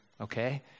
okay